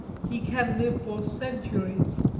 he can live for centuries,